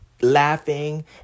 laughing